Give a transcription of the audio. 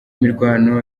mirwano